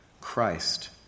Christ